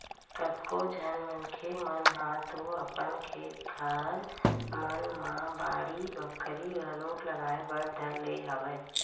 कतको झन मनखे मन ह तो अपन खेत खार मन म बाड़ी बखरी घलो लगाए बर धर ले हवय